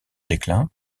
déclin